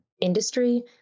industry